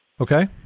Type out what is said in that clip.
Okay